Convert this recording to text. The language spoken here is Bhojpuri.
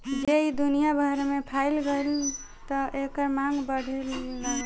जब ई दुनिया भर में फइल गईल त एकर मांग बढ़े लागल